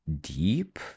deep